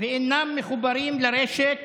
ואינם מחוברים לרשת